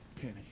penny